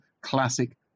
classic